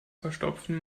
verstopfen